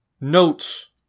notes